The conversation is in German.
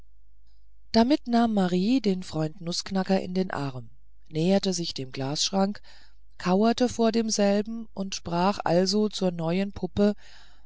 damit nahm marie den freund nußknacker in den arm näherte sich dem glasschrank kauerte vor demselben und sprach also zur neuen puppe